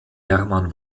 german